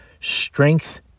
strength